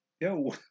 yo